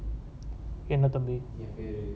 என்ன தம்பி:enna thambi